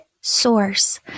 source